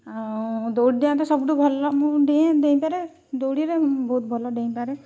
ଆଉ ଦୌଡ଼ି ଡିଆଁ ତ ସବୁଠୁ ଭଲ ମୁଁ ଡିଏଁ ଡେଇଁପାରେ ଦୌଡ଼ିରେ ମୁଁ ବହୁତ ଭଲ ଡେଇଁପାରେ